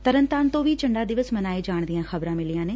ਤਰਨਤਾਰਨ ਤੋਂ ਵੀ ਝੰਡਾ ਦਿਵਸ ਮਨਾਏ ਜਾਣ ਦੀਆਂ ਖ਼ਬਰਾਂ ਮਿਲੀਆਂ ਨੇ